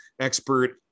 expert